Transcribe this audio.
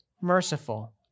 merciful